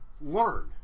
learn